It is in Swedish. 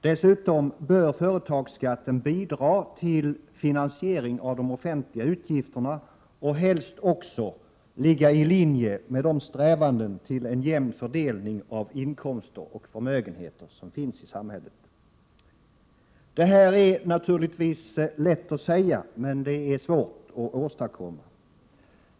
Dessutom bör skatten på företag bidra till finansiering av de offentliga utgifterna och helst också ligga i linje med de strävanden till en jämn fördelning av inkomster och förmögenheter som finns i samhället. Det här är naturligtvis lätt att säga, men svårt att åstadkomma.